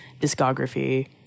discography